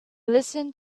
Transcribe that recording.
listened